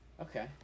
Okay